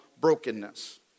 brokenness